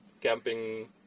camping